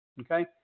okay